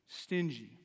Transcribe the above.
stingy